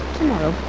tomorrow